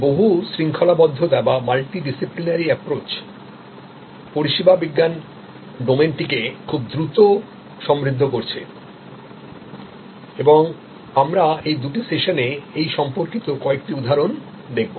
এই multidisciplinary অ্যাপ্রোচপরিষেবা বিজ্ঞান ডোমেনটিকে খুব দ্রুত সমৃদ্ধ করছে এবং আমরা এই দুটি সেশনে এই সম্পর্কিতকয়েকটি উদাহরণ দেখব